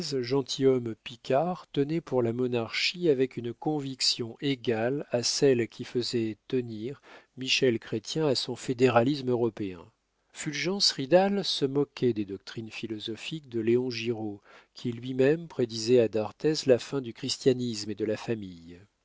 gentilhomme picard tenait pour la monarchie avec une conviction égale à celle qui faisait tenir michel chrestien à son fédéralisme européen fulgence ridal se moquait des doctrines philosophiques de léon giraud qui lui-même prédisait à d'arthez la fin du christianisme et de la famille